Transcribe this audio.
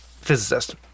physicist